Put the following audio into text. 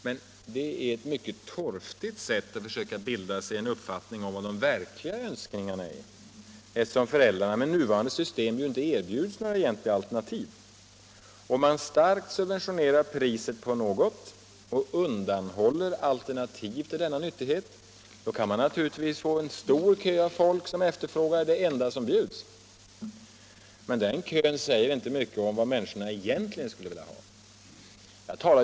Men det är ett mycket torftigt sätt att försöka bilda sig en uppfattning om vilka de verkliga önskningarna är, eftersom föräldrarna med nuvarande system inte erbjuds något alternativ. Om man starkt subventionerar priset på något och undanhåller alternativ till denna nyttighet kan man naturligtvis få en lång kö av folk som efterfrågar det enda som bjuds. Men den kön säger inte mycket om vad människorna egentligen skulle vilja ha.